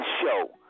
show